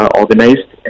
organized